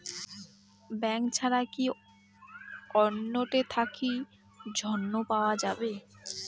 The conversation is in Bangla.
ব্যাংক ছাড়া কি অন্য টে থাকি ঋণ পাওয়া যাবে?